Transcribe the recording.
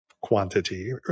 quantity